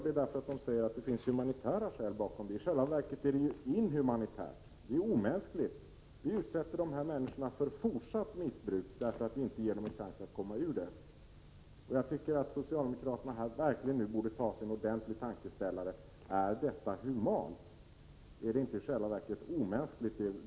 De säger att de gör det av humanitära skäl. Det är i själva verket inhumant, omänskligt. Vi utsätter dessa människor för fortsatt missbruk om vi inte ger dem en chans att komma ur det. Socialdemokraterna borde tänka efter ordentligt: Är detta humant? Är inte det ni fortsätter att göra i själva verket omänskligt?